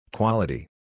Quality